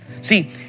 See